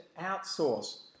outsource